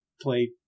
play